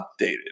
updated